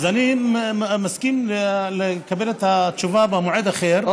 אז אני מסכים לקבל את התשובה במועד אחר,